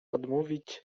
odmówić